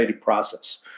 process